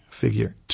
figure